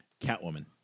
Catwoman